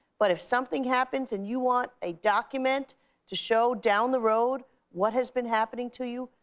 but if something happens, and you want a document to show down the road what has been happening to you,